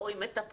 או עם מטפלות,